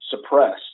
suppressed